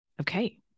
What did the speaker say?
Okay